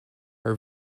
her